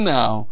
now